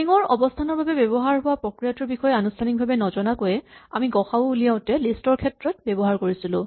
string ত অৱস্হানৰ বাবে ব্যৱহাৰ হোৱা প্ৰক্ৰিয়াটোৰ বিষয়ে আনুস্হানিকভাৱে নজনাকৈয়ে আমি গ সা উ উলিয়াওতে লিষ্ট ৰ ক্ষেত্ৰত ব্যৱহাৰ কৰিছিলো